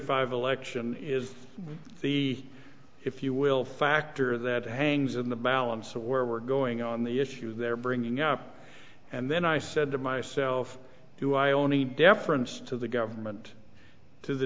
five election is the if you will factor that hangs in the balance of where we're going on the issue they're bringing up and then i said to myself who i only deference to the government to the